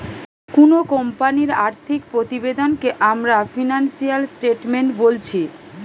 কুনো কোম্পানির আর্থিক প্রতিবেদনকে আমরা ফিনান্সিয়াল স্টেটমেন্ট বোলছি